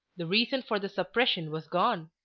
the reason for the suppression was gone.